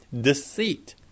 deceit